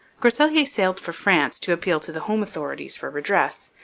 groseilliers sailed for france to appeal to the home authorities for redress,